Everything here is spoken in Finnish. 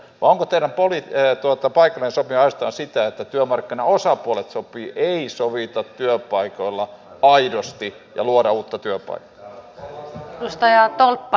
vai onko teille paikallinen sopiminen ainoastaan sitä että työmarkkinaosapuolet sopivat ei sovita työpaikoilla aidosti ja luoda uusia työpaikkoja